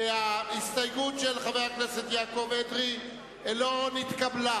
ההסתייגות של חבר הכנסת יעקב אדרי לא נתקבלה,